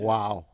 Wow